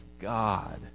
God